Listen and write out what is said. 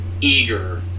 eager